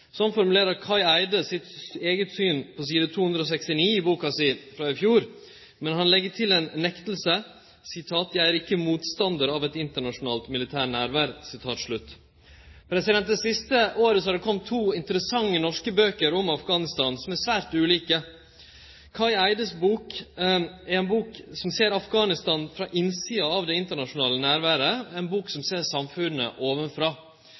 på side 269 i boka si frå i fjor sitt eige syn, men han legg til ei nekting: «Jeg er ikke motstander av et internasjonalt militært nærvær.» Det siste året har det kome to interessante norske bøker om Afghanistan som er svært ulike. Kai Eides bok er ei bok som ser Afghanistan frå innsida av det internasjonale nærværet, ei bok som